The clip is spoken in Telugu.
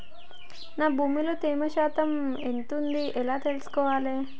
నా భూమి లో తేమ శాతం ఎంత ఉంది ఎలా తెలుసుకోవాలే?